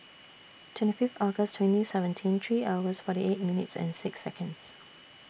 twenty Fifth August twenty seventeen three hours forty eight minutes and six Seconds